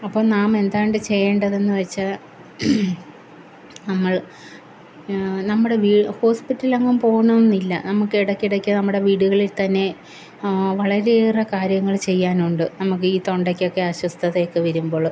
അപ്പം നാമെന്താണ് ചെയ്യേണ്ടതെന്ന് വെച്ചാൽ നമ്മൾ നമ്മുടെ വീ ഹോസ്പിറ്റലിലെങ്ങും പോവണമെന്നില്ല നമക്കിടയ്ക്കിടയ്ക്ക് നമ്മുടെ വീടുകളിൽ തന്നെ വളരെയേറെ കാര്യങ്ങൾ ചെയ്യാനുണ്ട് നമുക്കീ തൊണ്ടയ്ക്കൊക്കെ അസ്വസ്ഥതയൊക്കെ വരുമ്പോൾ